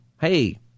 hey—